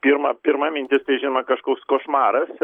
pirma pirma mintis tai žinoma kažkoks košmaras